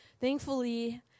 Thankfully